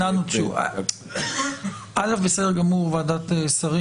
בסדר גמור ועדת שרים.